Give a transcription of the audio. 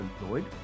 employed